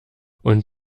und